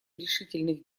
решительных